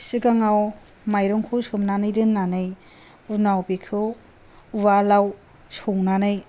सिगाङाव माइरंखौ सोमनानै दोननानै उनाव बेखौ उवालाव सौनानै